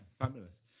fabulous